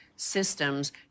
systems